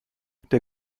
der